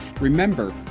Remember